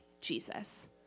Jesus